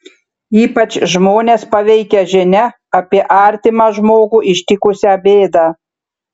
ypač žmones paveikia žinia apie artimą žmogų ištikusią bėdą